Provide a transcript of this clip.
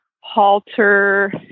halter